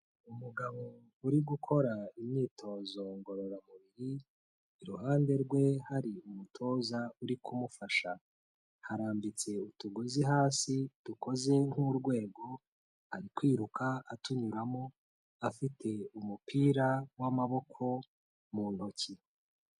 Umgabo uri gukora imyitozo ngororamubiri, iruhande rwe hari umutoza uri kumufasha, harambitse utugozi hasi dukoze nk'urwego, ari kwiruka atunyuramo afite umupira w'amaboko mu ntoki.